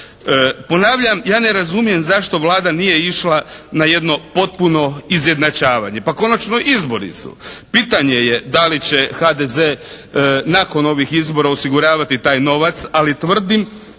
Ponavljam, ja ne razumijem zašto Vlada nije išla na jedno potpuno izjednačavanje? Pa konačno izbori su. Pitanje je da li će HDZ nakon ovih izbora osiguravati taj novac? Ali tvrdim